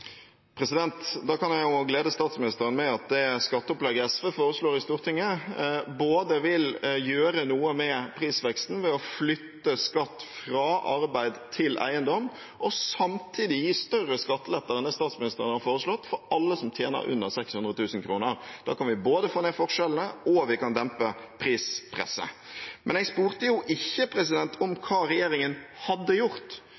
Da kan jeg glede statsministeren med at det skatteopplegget SV foreslår i Stortinget, både vil gjøre noe med prisveksten ved å flytte skatt fra arbeid til eiendom og samtidig gi større skatteletter enn det statsministeren har foreslått, for alle som tjener under 600 000 kr. Da kan vi både få ned forskjellene og dempe prispresset. Men jeg spurte ikke om hva regjeringen hadde gjort,